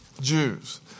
Jews